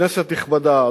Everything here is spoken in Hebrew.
כנסת נכבדה,